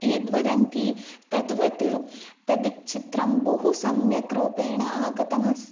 यद् वदन्ति तद्वत् तद् चित्रं बहु सम्यक् रूपेण आगतमस्